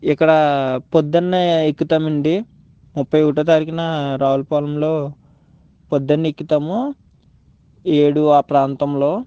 ఇక్కడ పొద్దున్నే ఎక్కుతామండి ముప్పై ఒకటో తారీఖున రావులపాలెంలో పొద్దు న ఎక్కుతాము ఏడు ఆ ప్రాంతంలో